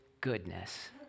goodness